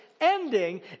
ending